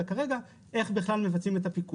אלא כרגע השאלה היא איך בכלל אנחנו מבצעים את הפיקוח.